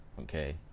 okay